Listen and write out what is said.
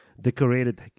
decorated